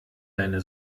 deine